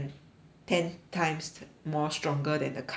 ten times more stronger than the current COVID